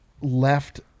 left